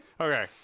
Okay